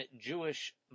jewish